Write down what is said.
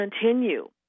continue